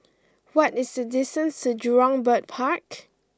what is the distance to Jurong Bird Park